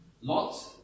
Lots